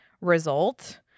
result